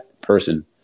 person